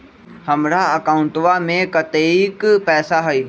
हमार अकाउंटवा में कतेइक पैसा हई?